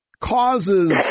causes